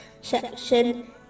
section